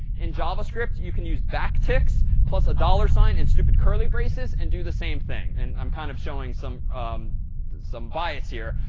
in javascript, you can use backticks plus a dollar sign and stupid curly braces and do the same thing. and i'm kind of showing some some bias here.